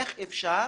איך אפשר